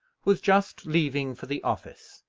was just leaving for the office,